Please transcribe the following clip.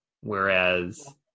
whereas